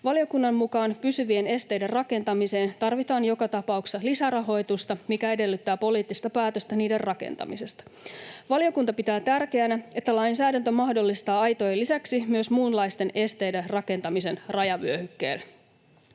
Valiokunnan mukaan pysyvien esteiden rakentamiseen tarvitaan joka tapauksessa lisärahoitusta, mikä edellyttää poliittista päätöstä niiden rakentamisesta. Valiokunta pitää tärkeänä, että lainsäädäntö mahdollistaa aitojen lisäksi myös muunlaisten esteiden rakentamisen rajavyöhykkeelle.